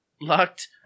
locked